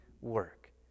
work